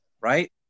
right